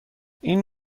این